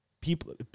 people